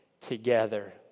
together